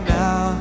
now